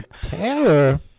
Taylor